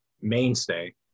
mainstay